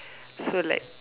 so like